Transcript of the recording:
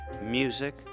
music